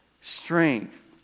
strength